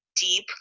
deep